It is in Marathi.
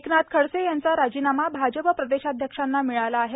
एकनाथ खडसे यांचा राजीनामा भाजप प्रदेशाध्यक्षांना मिळाला आहे